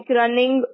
running